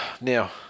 Now